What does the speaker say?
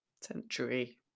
century